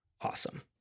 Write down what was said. Awesome